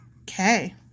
Okay